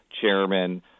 chairman